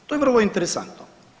To je vrlo interesantno.